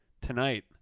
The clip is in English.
tonight